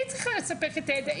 היא צריכה לספק את הידע,